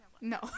No